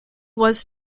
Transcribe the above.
was